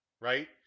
right